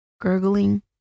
gurgling